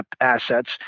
assets